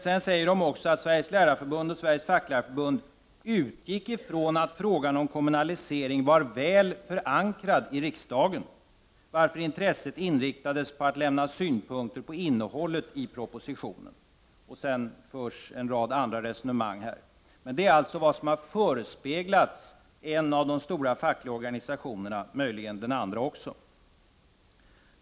Sedan står det att Sveriges Lärarförbund och Sveriges Facklärarförbund ”utgick ifrån att frågan om kommunalisering var väl förankrad i riksdagen, varför intresset inriktades på att lämna synpunkter på innehållet i propositionen”. Därefter förs en del andra resonemang. Detta är alltså vad som har förespeglats en av de stora fackliga organisationerna och möjligen den andra också.